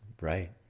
Right